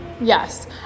yes